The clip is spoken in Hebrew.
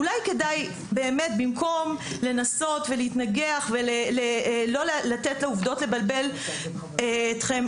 אולי כדאי באמת במקום לנסות ולהתנגח ולא לתת לעובדות לבלבל אתכם,